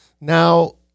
Now